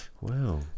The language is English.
Wow